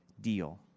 deal